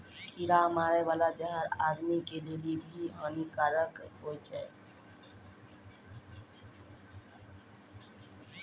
कीड़ा मारै बाला जहर आदमी के लेली भी हानि कारक हुवै छै